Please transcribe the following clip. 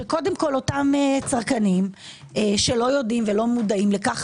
שקודם כל אותם צרכנים שלא מודעים לכך